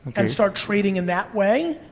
and start trading in that way.